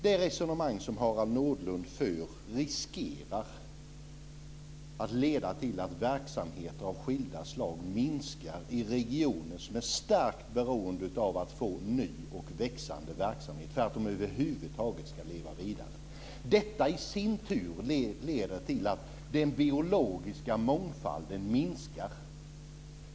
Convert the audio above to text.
Det resonemang som Harald Nordlund för riskerar att leda till att verksamhet av skilda slag minskar i regioner som är starkt beroende av att få ny och växande verksamhet för att de över huvud taget ska leva vidare. Detta leder i sin tur till att den biologiska mångfalden minskar.